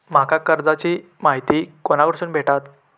माका कर्जाची माहिती कोणाकडसून भेटात?